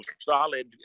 solid